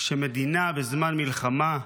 כשמדינה בזמן מלחמה,